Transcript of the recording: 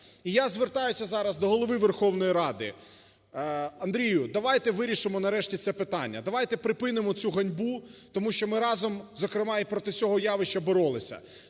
І я звертаюся зараз до Голови Верховної Ради, Андрію, давайте вирішимо нарешті це питання, давайте припинимо цю ганьбу, тому що ми разом, зокрема, і проти цього явища боролися,